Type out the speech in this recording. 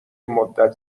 مدت